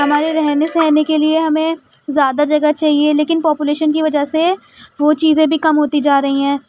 ہمارے رہنے سہنے کے لیے ہمیں زیادہ جگہ چاہیے لیکن پاپولیشن کی وجہ سے وہ چیزیں بھی کم ہوتی جا رہی ہیں